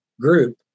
group